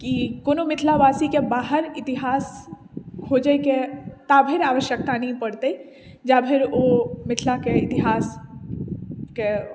कि कोनो मिथिलावासीके बाहर इतिहास खोजैके ता धरि आवश्यक्ता नहि पड़ते जा धरि ओ मिथिलाके इतिहासके